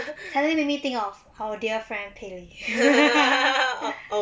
suddenly make me think of our dear friend pei li